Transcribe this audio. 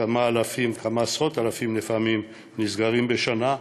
כמה אלפים, כמה עשרות-אלפים לפעמים נסגרים בשנה.